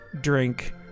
drink